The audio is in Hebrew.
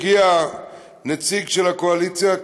הגיע נציג של הקואליציה,